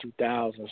2000s